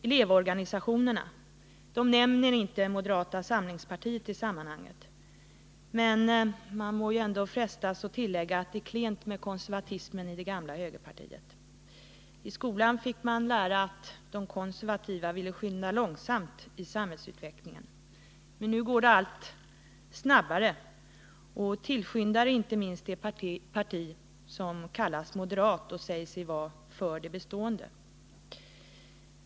Elevorganisationerna nämner alltså inte ens moderata samlingspartiet i sammanhanget. Man frestas ändå att tillägga att det är klent med konservatismen i det gamla högerpartiet. I skolan fick man lära sig att de konservativa vill skynda långsamt i utvecklingen, men nu går det allt snabbare, och tillskyndare är inte minst det parti som kallas moderat och som säger sig vara för det bestående.